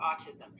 autism